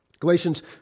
Galatians